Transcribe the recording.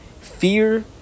fear